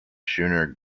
schooner